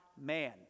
man